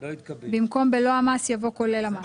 במקום "בלא המס" יבוא "כולל המס".